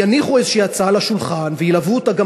יניחו איזו הצעה על השולחן וילוו אותה גם